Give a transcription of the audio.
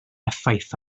effaith